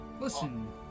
Listen